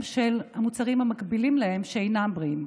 של מוצרים המקבילים להם שאינם בריאים.